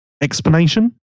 explanation